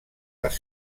les